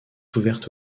ouverte